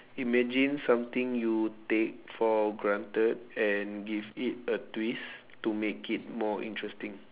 imagine something you take for granted and give it a twist to make it more interesting